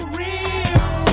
real